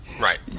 right